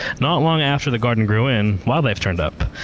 not long after the garden grew in, wildlife turned up.